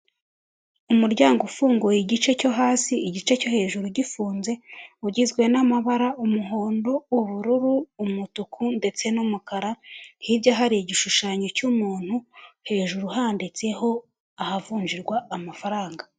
Umuryango ufunguye igice cyo hasi igice cyo hejuru gifunze ugizwe n'amabara umuhondo, ubururu, umutuku ndetse n'umukara hirya hari igishushanyo cy'umuntu hejuru handitseho ahavungirwa amafaranga.